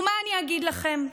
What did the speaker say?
ומה אני אגיד לכם?